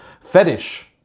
fetish